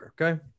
okay